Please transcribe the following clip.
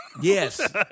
Yes